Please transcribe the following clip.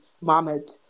Mohammed